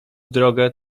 drogę